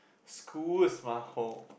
school is my home